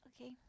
Okay